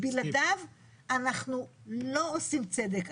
בלעדיו אנחנו לא עושים צדק,